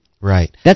right